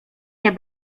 nie